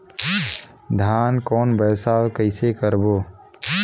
धान कौन व्यवसाय कइसे करबो?